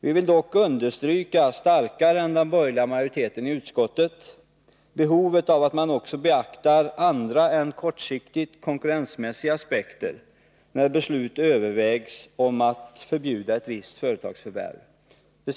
Vi vill dock starkare än den borgerliga majoriteten i utskottet understryka behovet av att man också beaktar andra än kortsiktigt konkurrensmässiga aspekter, när beslut om att förbjuda ett visst företagsförvärv övervägs.